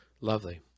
Lovely